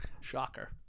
Shocker